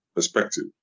Perspective